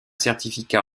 certificat